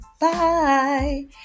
Bye